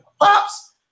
pops